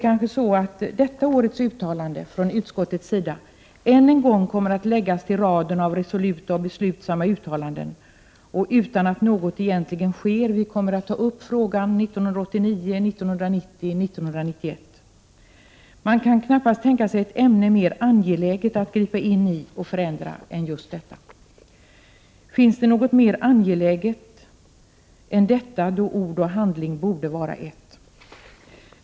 Kommer detta års uttalande från utskottet än en gång att läggas till raden av resoluta och beslutsamma uttalanden utan att något egentligen sker, och vi får ta upp frågan 1989, 1990 och 1991? Man kan knappast tänka sig ett område där det är mer angeläget att gripa in i och förändra än just detta. Finns det något mer angeläget än detta, där ord och handling borde vara ett?